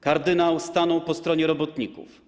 kardynał stanął po stronie robotników.